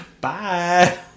Bye